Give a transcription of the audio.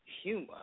humor